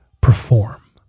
perform